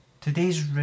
Today's